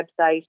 website